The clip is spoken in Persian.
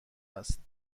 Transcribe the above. است